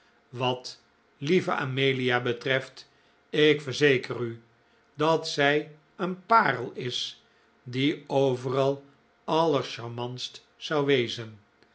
wat lieve amelia betreft ik verzeker u dat zij een paarl is die overal allercharmantst zou wezen